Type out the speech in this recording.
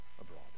abroad